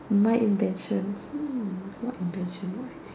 my invention hmm what invention what